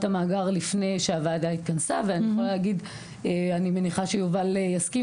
המאגר לפני שהוועדה התכנסה ואני יכולה להגיד אני מניחה שיובל יסכים